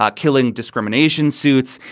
um killing discrimination suits.